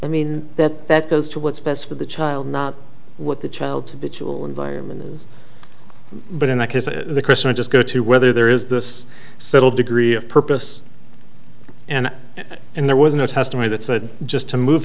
i mean that that goes to what's best for the child not what the child to be too will environment but in that case the christian or just go to whether there is this settled degree of purpose and and there was no testimony that said just to move